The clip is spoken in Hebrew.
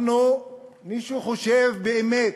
מישהו חושב שבאמת,